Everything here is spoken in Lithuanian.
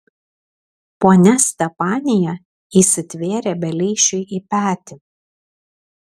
ponia stepanija įsitvėrė beleišiui į petį